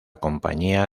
compañía